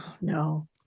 No